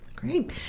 Great